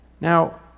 now